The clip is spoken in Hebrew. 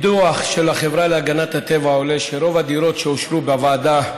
מדוח של החברה להגנת הטבע עולה שרוב הדירות שאושרו בוועדה,